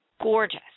gorgeous